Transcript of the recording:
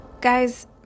Guys